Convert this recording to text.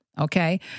okay